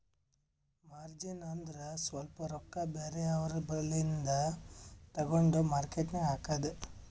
margin ಅಂದುರ್ ಸ್ವಲ್ಪ ರೊಕ್ಕಾ ಬೇರೆ ಅವ್ರ ಬಲ್ಲಿಂದು ತಗೊಂಡ್ ಮಾರ್ಕೇಟ್ ನಾಗ್ ಹಾಕದ್